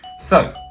so,